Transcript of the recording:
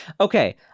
Okay